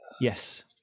yes